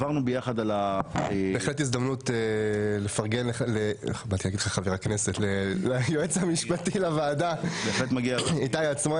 זאת הזדמנות לפרגן ליועץ המשפטי לוועדה איתי עצמון.